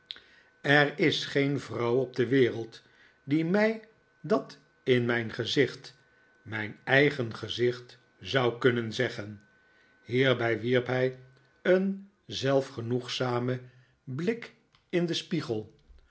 er is geen vrouw op de wereld die mij dat in mijn gezicht mijn eigen gezicht zou kunnen zeggen hierbij wierp hij een zelfgenoegzaraen blik in den spiegel